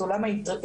את עולם האתגרים,